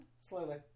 Slowly